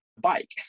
bike